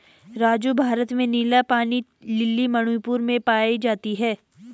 राजू भारत में नीला पानी लिली मणिपुर में पाई जाती हैं